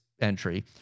entry